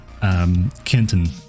Kenton